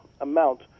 amount